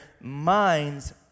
minds